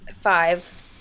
five